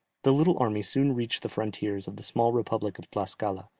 the little army soon reached the frontiers of the small republic of tlascala,